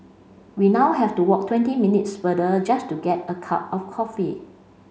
we now have to walk twenty minutes further just to get a cup of coffee